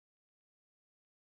okay